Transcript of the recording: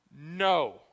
No